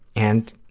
and,